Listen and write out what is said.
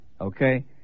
Okay